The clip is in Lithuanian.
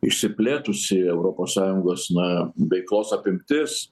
išsiplėtusi europos sąjungos na veiklos apimtis